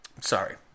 Sorry